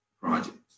projects